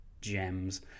gems